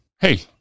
Hey